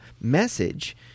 message